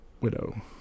Widow